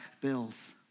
bills